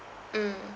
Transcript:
mm